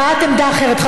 מוסי, הבעת עמדה אחרת.